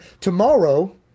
Tomorrow